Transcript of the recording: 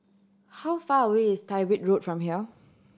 how far away is Tyrwhitt Road from here